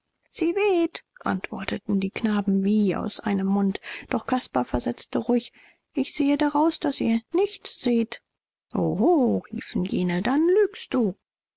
sie weht antworteten die knaben wie aus einem mund doch caspar versetzte ruhig ich sehe daraus daß ihr nichts seht oho riefen jene dann lügst du